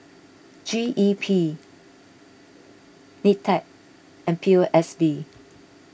G E P Nitec and P O S B